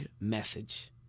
message